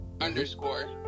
underscore